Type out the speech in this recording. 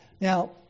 Now